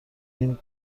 این